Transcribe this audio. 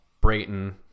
Brayton